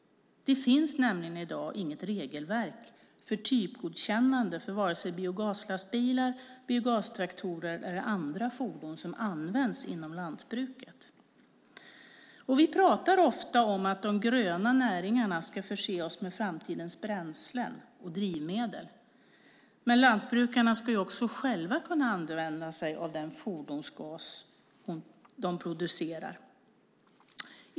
Det finns nämligen i dag inget regelverk för typgodkännande för vare sig biogaslastbilar, biogastraktorer eller andra fordon som används inom lantbruket. Vi pratar ofta om att de gröna näringarna ska förse oss med framtidens bränslen och drivmedel. Men lantbrukarna ska ju också själva kunna använda sig av den fordonsgas som de producerar.